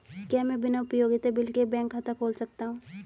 क्या मैं बिना उपयोगिता बिल के बैंक खाता खोल सकता हूँ?